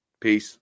Peace